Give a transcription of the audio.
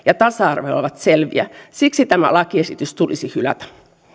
ja tasa arvolle ovat selviä siksi tämä lakiesitys tulisi hylätä